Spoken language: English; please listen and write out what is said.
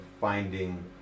finding